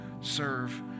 serve